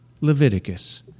Leviticus